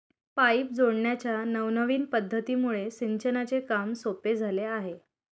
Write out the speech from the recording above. pipe जोडण्याच्या नवनविन पध्दतीमुळे सिंचनाचे काम सोपे झाले आहे